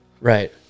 Right